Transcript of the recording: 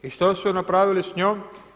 I što su napravili s njom?